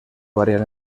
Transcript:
variar